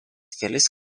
kelis